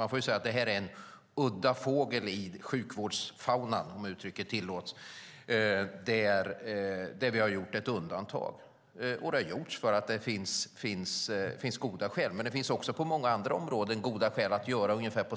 Men får ju säga att det här är en udda fågel i sjukvårdsfaunan, om uttrycket tillåts. Vi har gjort ett undantag. Och det har gjorts för att det finns goda skäl. Men det finns också på många andra områden goda skäl att göra på ungefär